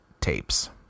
Tapes